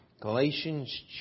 Galatians